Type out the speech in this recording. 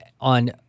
on